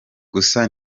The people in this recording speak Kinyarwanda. gusa